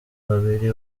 babiri